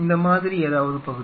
இந்த மாதிரி ஏதாவது பகுதி